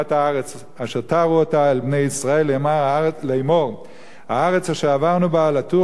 הארץ אשר תרו אֹתה אל בני ישראל לאמר הארץ אשר עברנו בה לתור